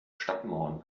stadtmauern